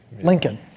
Lincoln